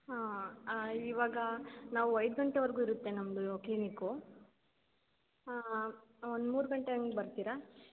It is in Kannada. ಹಾಂ ಹಾಂ ಇವಾಗ ನಾವು ಐದು ಗಂಟೆವರೆಗು ಇರುತ್ತೆ ನಮ್ಮದು ಕ್ಲಿನಿಕು ಹಾಂ ಒಂದು ಮೂರು ಗಂಟೆ ಹಂಗ್ ಬರ್ತೀರಾ